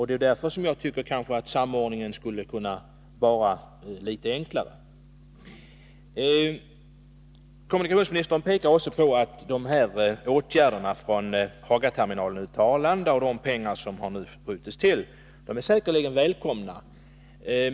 Det är därför jag tycker att samordningen skulle kunna vara litet bättre. Kommunikationsministern pekar på att åtgärderna på vägen från Hagaterminalen ut till Arlanda och de pengar som nu har skjutits till säkerligen är välkomna.